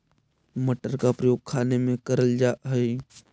मटर का प्रयोग खाने में करल जा हई